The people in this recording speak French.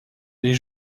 les